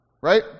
Right